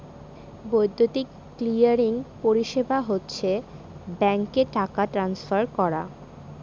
বৈদ্যুতিক ক্লিয়ারিং পরিষেবা হচ্ছে ব্যাঙ্কে টাকা ট্রান্সফার করা